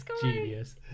Genius